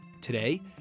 Today